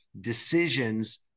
decisions